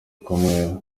kumwe